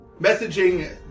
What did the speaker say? messaging